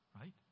Right